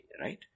right